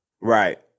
Right